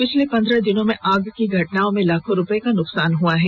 पिछले पंद्रह दिनों में आग की घटनाओं में लाखों रुपये का नुकसान हुआ है